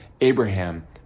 Abraham